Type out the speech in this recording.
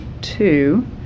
two